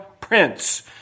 prince